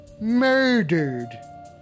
Murdered